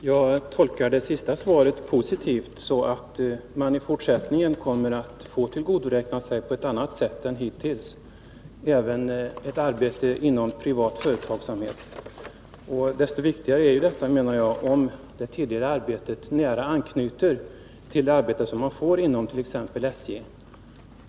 Herr talman! Jag tolkar det sista beskedet positivt: att man i fortsättningen på ett annat sätt än hittills kommer att få tillgodoräkna sig tid även i ett arbete som privat företagare. Detta är desto viktigare om det tidigare arbetet nära anknyter till det arbete som man får inom t.ex. SJ.